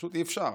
פשוט אי-אפשר.